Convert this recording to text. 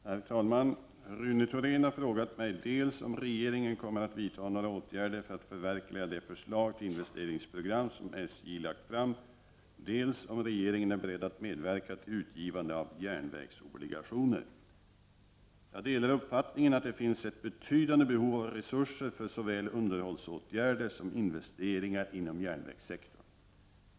Herr talman! Rune Thorén har frågat mig dels om regeringen kommer att vidta några åtgärder för att förverkliga det förslag till investeringsprogram som SJ lagt fram, dels om regeringen är beredd att medverka till utgivande av järnvägsobligationer. Jag delar uppfattningen att det finns ett betydande behov av resurser för såväl underhållsåtgärder som investeringar inom järnvägssektorn.